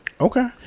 okay